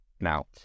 now